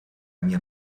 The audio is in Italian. mia